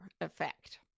effect